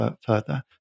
further